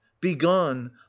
begone